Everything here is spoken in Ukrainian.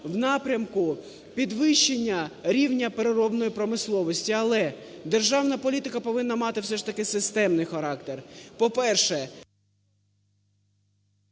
в напрямку підвищення рівня переробної промисловості, але державна політика повинна мати все ж таки системний характер. По-перше...